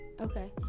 Okay